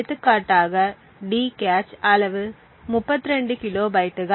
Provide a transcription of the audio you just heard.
எடுத்துக்காட்டாக D cache அளவு 32 கிலோபைட்டுகள்